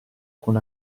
con